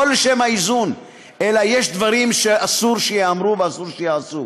לא לשם האיזון אלא כי יש דברים שאסור שייאמרו ואסור שייעשו.